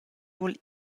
vul